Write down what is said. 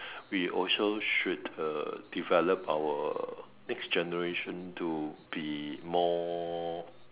we also should uh develop our next generation to be more